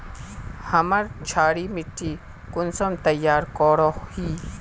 हमार क्षारी मिट्टी कुंसम तैयार करोही?